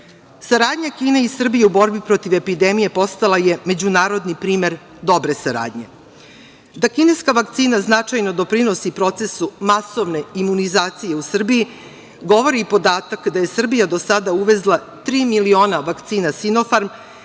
Saradnja Kine i Srbije u borbi protiv epidemije postala je međunarodni primer dobre saradnje. Da kineska vakcina značajno doprinosi procesu masovne imunizacije u Srbiji govori podatak da je Srbija do sada uvezla tri miliona vakcina „Sinofarm“,